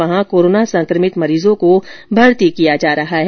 वहां कोरोना संकभित मरीजों को भर्ती किया जा रहा है